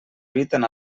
habiten